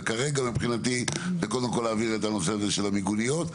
וכרגע מבחינתי זה קודם כל להעביר את הנושא הזה של המיגוניות,